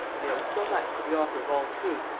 i owe so much to the author of all truth,